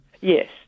Yes